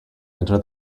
enter